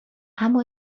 اما